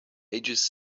ages